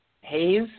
haze